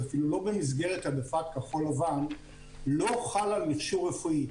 אפילו לא במסגרת העדפת כחול לבן לא חל על מכשור רפואי,